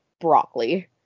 broccoli